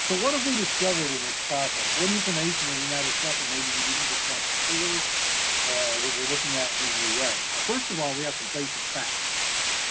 so what have we discovered in this process? what information are we now discussing maybe we didn't discuss before or that we're looking at in a new way? so first of all, we have some basic facts.